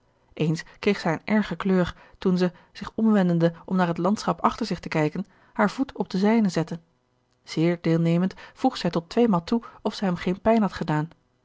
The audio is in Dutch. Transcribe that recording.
eens kreeg zij een erge kleur toen ze zich omwendende om naar het landschap achter zich te kijken haar voet op den zijnen zette zeer deelnemend vroeg zij tot tweemaal toe of zij hem geen pijn had gedaan